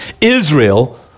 Israel